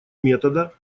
метода